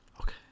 Okay